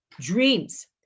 dreams